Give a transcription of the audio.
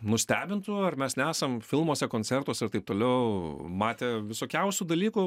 nustebintų ar mes nesam filmuose koncertuose ir taip toliau matę visokiausių dalykų